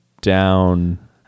down